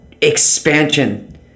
expansion